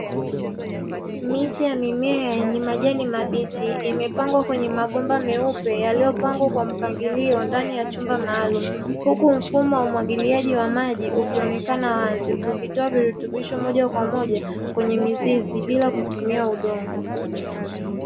Miche ya mimea yenye majani mabichi, imepangwa kwenye mabomba meupe yaliyopangwa kwa mpangilio ndani ya chumba maalumu, huku mfumo wa umwagiliaji wa maji ukionekana wazi, ukitoa virutubisho moja kwa moja kwenye mizizi bila kutumia udongo.